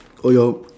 oh your